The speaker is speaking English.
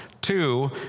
Two